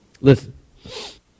Listen